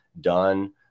done